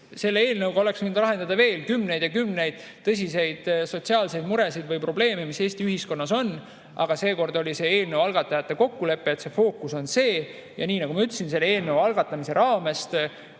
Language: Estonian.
selle eelnõuga oleks võinud lahendada veel kümneid ja kümneid tõsiseid sotsiaalseid muresid või probleeme, mis Eesti ühiskonnas on. Aga seekord oli eelnõu algatajate kokkulepe, et fookus on see. Ja nii nagu ma ütlesin, selle eelnõu algatajate hulgast